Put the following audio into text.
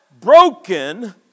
broken